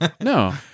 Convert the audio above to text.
No